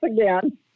again